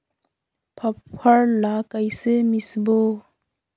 फाफण ला कइसे मिसबो?